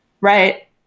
right